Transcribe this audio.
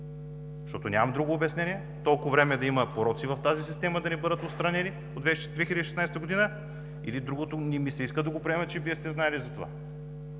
защото нямам друго обяснение толкова време да има пороци в тази система и да не бъдат отстранени от 2016 г., или другото – не ми се иска да го приема – че Вие сте знаели за това